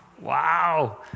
wow